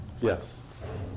Yes